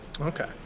Okay